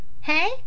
hey